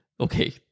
Okay